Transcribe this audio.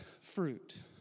fruit